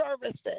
services